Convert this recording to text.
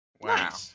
Wow